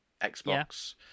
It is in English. Xbox